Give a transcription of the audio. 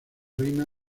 reina